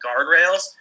guardrails